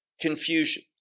confusion